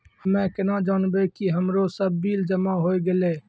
हम्मे केना जानबै कि हमरो सब बिल जमा होय गैलै?